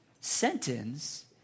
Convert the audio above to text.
sentence